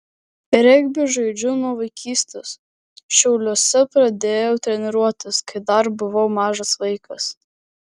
regbį žaidžiu nuo vaikystės šiauliuose pradėjau treniruotis kai dar buvau mažas vaikas